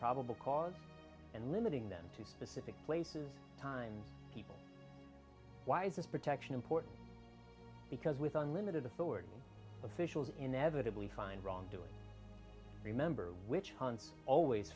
probable cause and limiting them to specific places times why is this protection important because with unlimited authority officials inevitably find wrongdoing remember witch